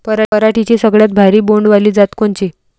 पराटीची सगळ्यात भारी बोंड वाली जात कोनची?